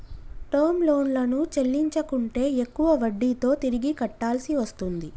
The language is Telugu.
టర్మ్ లోన్లను చెల్లించకుంటే ఎక్కువ వడ్డీతో తిరిగి కట్టాల్సి వస్తుంది